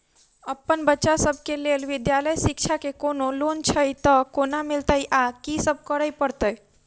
अप्पन बच्चा सब केँ लैल विधालय शिक्षा केँ कोनों लोन छैय तऽ कोना मिलतय आ की सब करै पड़तय